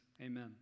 amen